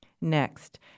Next